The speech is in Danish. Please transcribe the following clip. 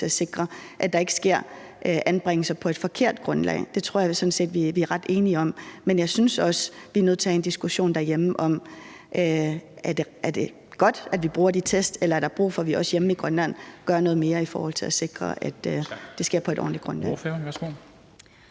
at sikre, at der ikke sker anbringelser på et forkert grundlag. Det tror jeg sådan set vi er ret enige om. Men jeg synes også, vi er nødt til at have en diskussion derhjemme om, om det er godt, at vi bruger de test. Eller er der brug for, at vi også hjemme i Grønland gør noget mere i forhold til at sikre, at det sker på et ordentligt grundlag?